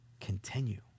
continue